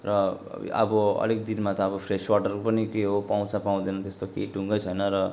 र अब अलिक दिनमा त अब फ्रेस वाटर पनि त्यो पाउँछ पाउँदैन त्यस्तो केही टुङ्गै छैन र